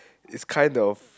it's kind of